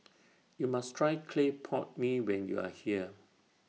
YOU must Try Clay Pot Mee when YOU Are here